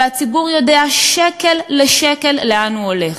והציבור יודע שקל לשקל לאן הוא הולך.